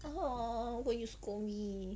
why you scold me